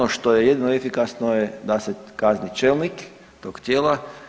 Ono što je jedino efikasno je da se kazni čelnik tog tijela.